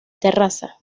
terraza